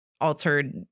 altered